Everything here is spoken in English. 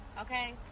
okay